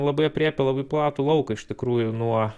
labai aprėpia labai platų lauką iš tikrųjų nuo